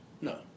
No